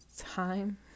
time